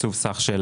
תקצוב סך של